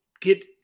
get